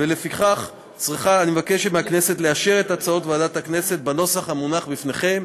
ולפיכך אני מבקש מהכנסת לאשר את הצעות ועדת הכנסת בנוסח המונח בפניכם.